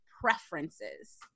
preferences